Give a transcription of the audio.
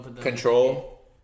Control